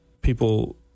people